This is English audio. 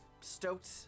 stoked